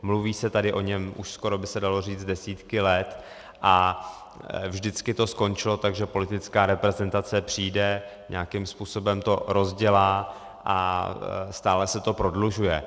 Mluví se tady o něm už, skoro by se dalo říct, desítky let a vždycky to skončilo tak, že politická reprezentace přijde, nějakým způsobem to rozdělá a stále se to prodlužuje.